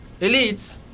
Elites